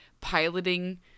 piloting